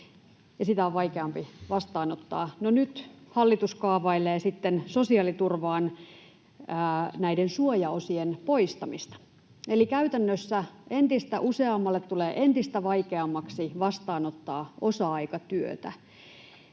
sitä on vaikeampi vastaanottaa. No, nyt hallitus kaavailee sitten sosiaaliturvan suojaosien poistamista, eli käytännössä entistä useammalle tulee entistä vaikeammaksi vastaanottaa osa-aikatyötä.